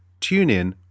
TuneIn